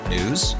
News